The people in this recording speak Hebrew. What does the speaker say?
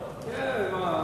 אותו?